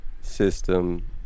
system